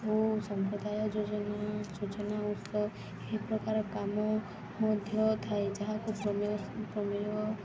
ଓ ସମ୍ପ୍ରଦାୟ ଯୋଜନା ସୂଚନା ଉତ୍ସ ଏହି ପ୍ରକାର କାମ ମଧ୍ୟ ଥାଏ ଯାହାକୁ ସମୟ